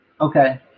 Okay